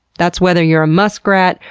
that's whether you're a muskrat,